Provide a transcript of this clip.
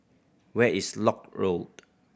where is Lock Road